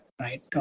right